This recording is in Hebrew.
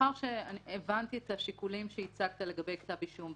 מאחר שהבנתי את השיקולים שהצגת לגבי כתב אישום,